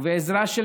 ובעזרה של